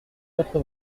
autre